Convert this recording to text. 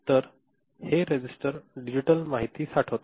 तर हे register digital माहिती साठवत